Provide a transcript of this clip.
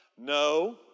No